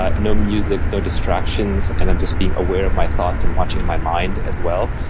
ah no music, no distractions and i'm just being aware of my thoughts and watching my mind, as well.